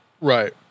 Right